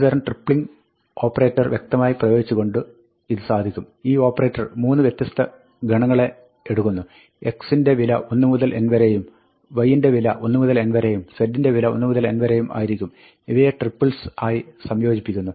ഒരു തരം tripling operator വ്യക്തമായി പ്രയോഗിച്ചുകൊണ്ടും ഇത് സാധിക്കും ഈ ഓപ്പറേറ്റർ 3 വ്യത്യസ്ത ഗണങ്ങളെ എടുക്കുന്നു x ന്റെ വില 1 മുതൽ n വരെയും y ന്റെ വില 1 മുതൽ n വരെയും z ന്റെ വില 1 മുതൽ n വരെയും ആയിരിക്കും ഇവയെ ട്രിപ്പിൾസ് ആയി സംയോജിപ്പിക്കുന്നു